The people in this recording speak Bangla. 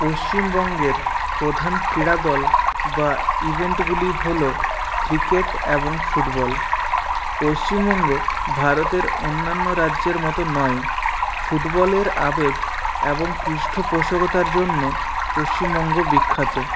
পশ্চিমবঙ্গের প্রধান ক্রীড়াদল বা ইভেন্টগুলি হল ক্রিকেট এবং ফুটবল পশ্চিমবঙ্গ ভারতের অন্যান্য রাজ্যের মতন নয় ফুটবলের আবেগ এবং পৃষ্ঠপোষকতার জন্য পশ্চিমবঙ্গ বিখ্যাত